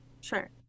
Sure